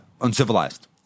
uncivilized